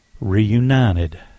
Reunited